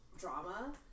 drama